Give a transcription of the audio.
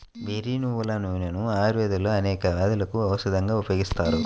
వెర్రి నువ్వుల నూనెను ఆయుర్వేదంలో అనేక వ్యాధులకు ఔషధంగా ఉపయోగిస్తారు